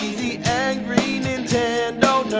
the angry nintendo